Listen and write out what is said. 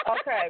Okay